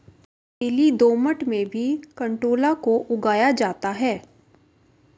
रेतीली दोमट में भी कंटोला को उगाया जाता है